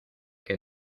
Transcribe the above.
que